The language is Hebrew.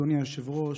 אדוני היושב-ראש,